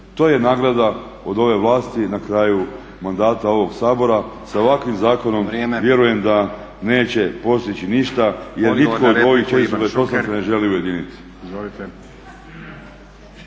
To je nagrada od ove vlasti na kraju mandata ovog Sabora. Sa ovakvim zakonom … …/Upadica Stazić: Vrijeme./… … vjerujem da neće postići ništa, jer nitko od ovih 428 se ne želi ujediniti.